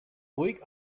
ruhig